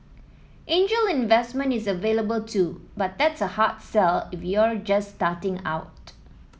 angel investment is available too but that's a hard sell if you're just starting out